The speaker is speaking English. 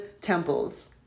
temples